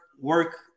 work